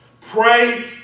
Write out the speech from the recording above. pray